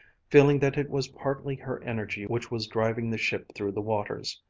feeling that it was partly her energy which was driving the ship through the waters.